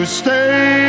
stay